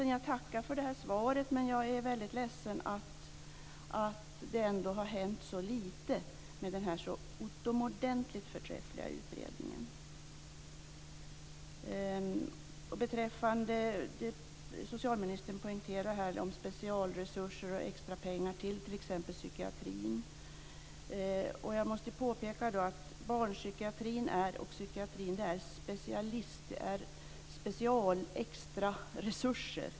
Jag tackar för svaret, men jag är ledsen att det ändå har hänt så lite med den här utomordentligt förträffliga utredningen. Beträffande det socialministern poängterade om specialresurser och extra pengar till exempelvis psykiatrin vill jag påpeka att barnpsykiatrin och psykiatrin kräver special och extraresurser.